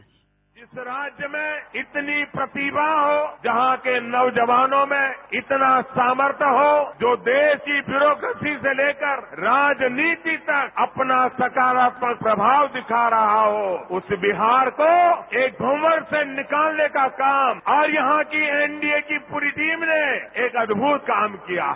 bite जिस राज्य में इतनी प्रतिभा हो जहां के नौजवानों में इतना सामर्थ्य हो जो देश की व्यूरोक्रेसी से लेकर राजनीति तक अपना सकारात्मक प्रभाव दिखा रहा हो उस बिहार को एक भवर से निकालने का काम और यहां की एनडीए की पूरी टीम ने एक अदभुत काम किया है